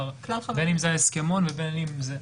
בין זה ההסכמון ובין אם לא.